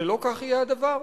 לא כך יהיה הדבר.